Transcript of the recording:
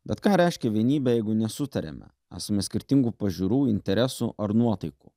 bet ką reiškia vienybė jeigu nesutariame esame skirtingų pažiūrų interesų ar nuotaikų